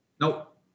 Nope